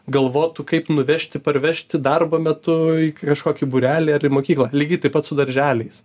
galvotų kaip nuvežti parvežti darbo metu į kažkokį būrelį ar į mokyklą lygiai taip pat su darželiais